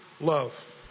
love